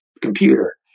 computer